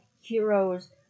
Heroes